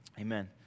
Amen